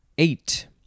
Eight